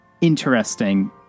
interesting